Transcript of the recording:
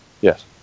Yes